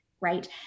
right